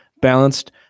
balanced